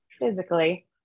physically